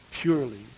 Purely